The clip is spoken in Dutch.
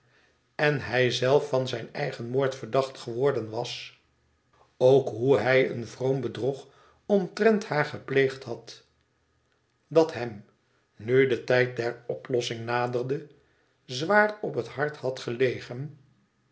en hij zelf van zijn eigen moord verdacht geworden was ook hoe hij een vroom bedrog omtrent haar gepleegd had dat hem nu de tijd der oplossing naderde zwaar op het hart had gelegen